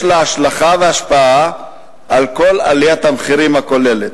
לה השלכה והשפעה של עליית מחירים כוללת.